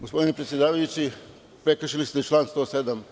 Gospodine predsedavajući, prekršili ste član 107.